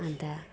अन्त